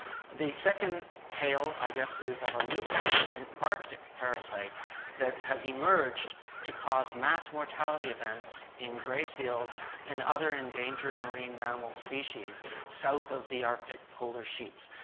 the second tale i guess is of a new parasite, an arctic parasite that has emerged to cause mass mortality events in grey seals and other endangered marine mammal species south of the arctic polar sheets,